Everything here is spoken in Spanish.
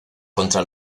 contra